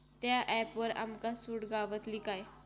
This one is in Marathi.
त्या ऍपवर आमका सूट गावतली काय?